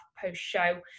post-show